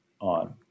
on